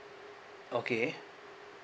okay